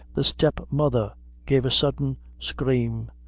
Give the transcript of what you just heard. the step-mother gave a sudden scream,